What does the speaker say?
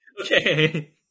okay